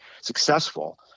successful